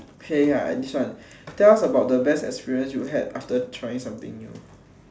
heng ah this one tell us about the best experience you had after trying something new